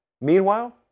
meanwhile